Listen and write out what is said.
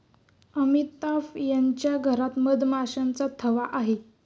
अमिताभ यांच्या घरात मधमाशांचा थवा आहे